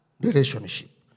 Relationship